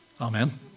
Amen